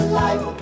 life